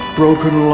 broken